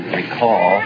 recall